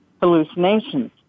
hallucinations